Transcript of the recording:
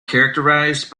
characterized